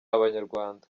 abanyarwanda